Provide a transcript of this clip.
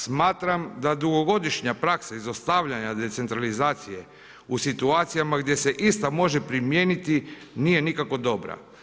Smatram da dugogodišnja praksa izostavljanja decentralizacije u situacijama gdje se ista može primijeniti nije nikako dobra.